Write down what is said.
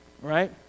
right